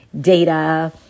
data